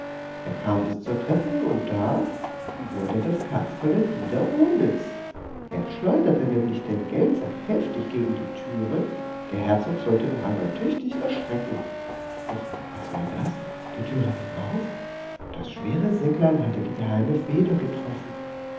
er kam bis zur treppe und da wurde das kasperle wieder unnütz er schleuderte nämlich den geldsack heftig gegen die türe der herzog sollte noch einmal tüchtig erschrecken doch was war das die türe ging auf das schwere säcklein hatte die geheime feder getroffen